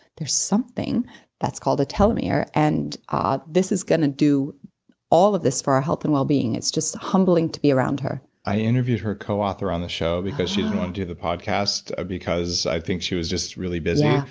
there's something that's called a telomere and ah this is going to do all of this for our health and well being. it's just humbling to be around her i interviewed her coauthor on the show because she didn't want to do the podcast because i think she was just really busy,